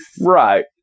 Right